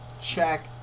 check